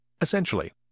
Essentially